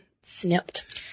snipped